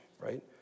right